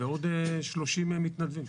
ועוד 30 מתנדבים.